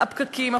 על הפקקים.